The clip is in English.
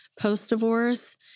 post-divorce